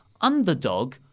underdog